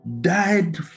died